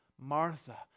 Martha